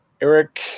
Eric